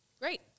Great